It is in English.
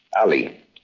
Ali